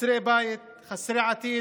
חסרי בית, חסרי עתיד,